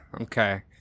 okay